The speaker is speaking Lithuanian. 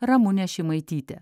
ramunė šimaitytė